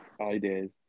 ideas